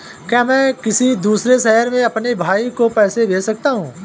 क्या मैं किसी दूसरे शहर में अपने भाई को पैसे भेज सकता हूँ?